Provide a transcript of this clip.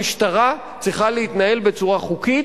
המשטרה צריכה להתנהל בצורה חוקית,